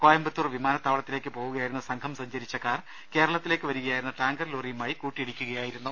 കോയമ്പത്തൂർ വിമാനത്താവളത്തിലേക്ക് പോവുകയായിരുന്ന സംഘം സഞ്ചരിച്ച കാർ കേര ളത്തിലേക്ക് വരികയായിരുന്ന ടാങ്കർലോറിയുമായി കൂട്ടിയിടിക്കുകയായി രുന്നു